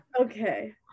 Okay